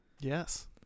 Yes